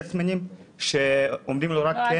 יס-מנים שאומרים לו רק כן --- לא,